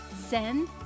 send